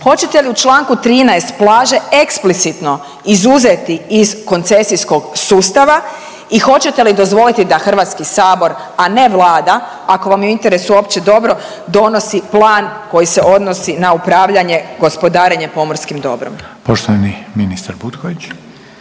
Hoćete li u Članku 13. plaže eksplicitno izuzeti iz koncesijskog sustava i hoćete li dozvolit da Hrvatski sabor, a ne Vlada ako vam je u interesu opće dobro donosi plan koji se odnosi na upravljanje, gospodarenje pomorskim dobrom? **Reiner, Željko